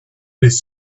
with